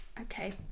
okay